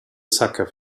sucker